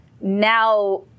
now